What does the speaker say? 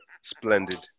Splendid